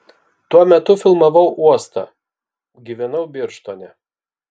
tuo metu filmavau uostą gyvenau birštone